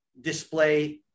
display